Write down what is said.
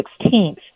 16th